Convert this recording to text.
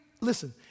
listen